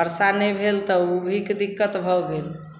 बरसा नहि भेल तऽ ओ भी के दिक्कत भऽ गेल